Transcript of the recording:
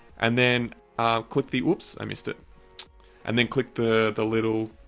and then click the oops. i missed it and then click the the little